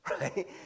Right